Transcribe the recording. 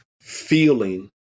feeling